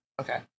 Okay